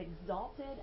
exalted